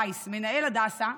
וייס, מנהל הדסה,